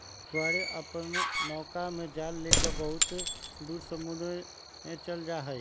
मछुआरे अपन नौका में जाल लेकर बहुत दूर समुद्र में चल जाहई